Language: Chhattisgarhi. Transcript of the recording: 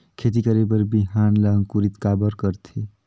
खेती करे बर बिहान ला अंकुरित काबर करथे?